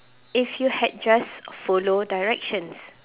if you had just follow directions